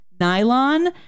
nylon